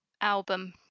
album